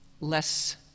less